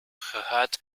gehad